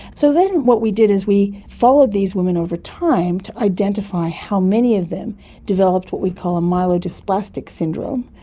so then what we did is we follow these women over time to identify how many of them developed what we call a myelodysplastic syndrome,